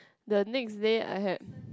the next day I had